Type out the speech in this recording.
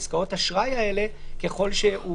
בעסקאות האשראי האלה, ככל שהוא